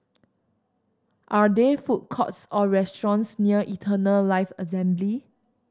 are there food courts or restaurants near Eternal Life Assembly